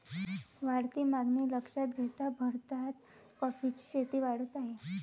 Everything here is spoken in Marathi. वाढती मागणी लक्षात घेता भारतात कॉफीची शेती वाढत आहे